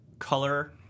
color